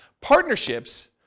Partnerships